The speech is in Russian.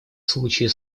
случае